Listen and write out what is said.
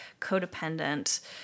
codependent